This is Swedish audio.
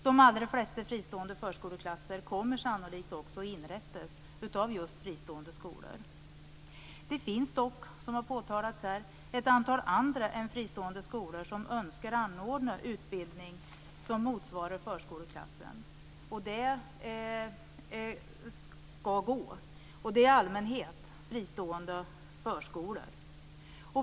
De allra flesta fristående förskoleklasser kommer sannolikt att inrättas av just fristående skolor. Det finns dock, som här har påtalats, ett antal andra än fristående skolor som önskar anordna utbildning som motsvarar förskoleklassen. Det skall vara möjligt. Det är i allmänhet fristående förskolor.